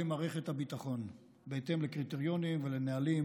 מערכת הביטחון בהתאם לקריטריונים ולנהלים,